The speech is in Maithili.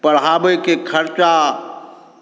पढ़ाबयके खर्चा